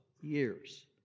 years